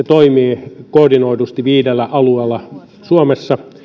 toimii koordinoidusti viidellä alueella suomessa ja